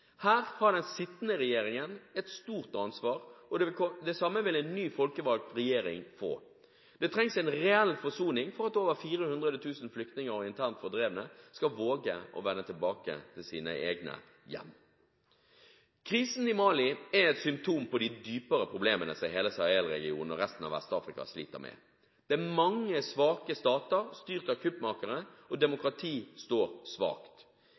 Her har den sittende regjeringen et stort ansvar, og det samme vil en ny folkevalgt regjering få. Det trengs en reell forsoning for at over 400 000 flyktninger og internt fordrevne skal våge å vende tilbake til sine egne hjem. Krisen i Mali er et symptom på de dypere problemene som hele Sahel-regionen og resten av Vest-Afrika sliter med. Det er mange svake stater styrt av kuppmakere, og demokratiet står svakt.